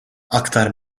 aktar